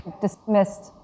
dismissed